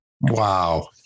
Wow